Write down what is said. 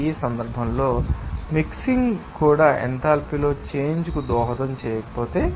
ఈ సందర్భంలో మిక్సింగ్ కూడా ఎంథాల్పీలో చేంజ్ కు దోహదం చేయకపోతే